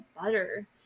butter